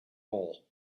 hole